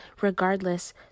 Regardless